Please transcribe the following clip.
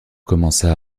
commença